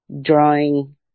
drawing